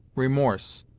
remorse,